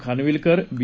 Khanwilkar बी